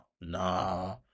nah